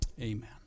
amen